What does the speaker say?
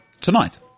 tonight